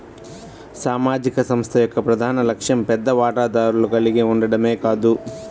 సామాజిక సంస్థ యొక్క ప్రధాన లక్ష్యం పెద్ద వాటాదారులను కలిగి ఉండటమే కాదు